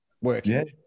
working